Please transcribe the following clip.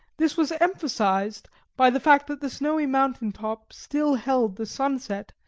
this was emphasised by the fact that the snowy mountain-top still held the sunset,